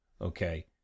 okay